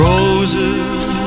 Roses